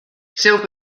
zeuk